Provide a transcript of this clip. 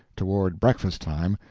toward breakfast-time,